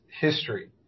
history